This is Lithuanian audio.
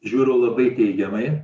žiūriu labai teigiamai